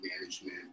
management